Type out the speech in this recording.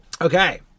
Okay